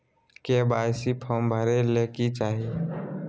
KYC form भरे ले कि चाही?